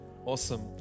Awesome